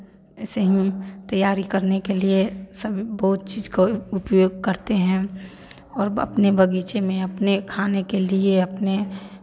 ऐसे ही तैयारी करने के लिए सभी बहुत चीज़ को उपयोग करते हैं और अपने बगीचे में अपने खाने के लिए अपने